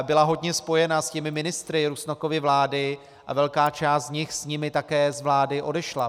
Byla hodně spojena s ministry Rusnokovy vlády a velká část z nich s nimi také z vlády odešla.